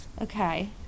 Okay